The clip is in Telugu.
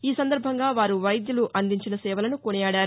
ఈ సందర్భంగా వారు వైద్యలు అందించిన సేవలను కొనియాడారు